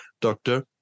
doctor